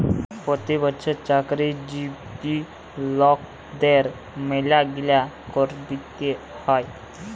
পতি বচ্ছর চাকরিজীবি লকদের ম্যালাগিলা কর দিতে হ্যয়